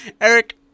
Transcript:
Eric